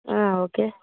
okay